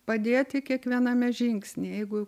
padėti kiekviename žingsnyje jeigu